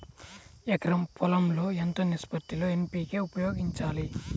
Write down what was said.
ఎకరం పొలం లో ఎంత నిష్పత్తి లో ఎన్.పీ.కే ఉపయోగించాలి?